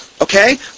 okay